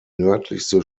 nördlichste